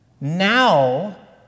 Now